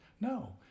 No